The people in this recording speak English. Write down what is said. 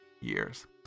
years